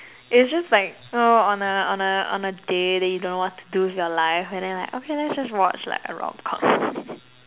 it's just like you know on a on a on a day that you don't know what to do with your life and then like okay let's just watch like a rom-com